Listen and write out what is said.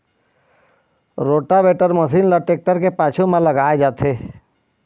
rotavator machine ल tractor के पाछू म लगाए जाथे